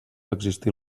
existir